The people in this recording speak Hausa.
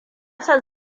son